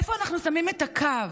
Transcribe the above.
איפה אנחנו שמים את הקו?